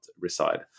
reside